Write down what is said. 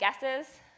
guesses